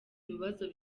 ibibazo